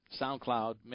SoundCloud